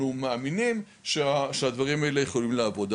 מאמינים שהדברים האלה יכולים לעבוד.